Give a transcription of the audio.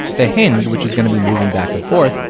the hinge, which is going to be moving back and forth,